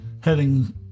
heading